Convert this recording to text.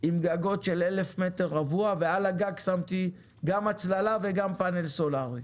עם גגות של 1,000 מטרים רבועים ועל הגג שמתי גם הצללה וגם פאנל סולארי.